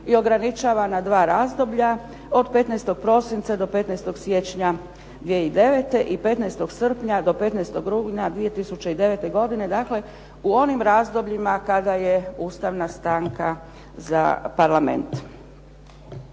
i ograničava na dva razdoblja: od 15. prosinca do 15. siječnja 2009. i 15. srpnja do 15. rujna 2009., dakle u onim razdobljima kada je ustavna stanka za Parlament.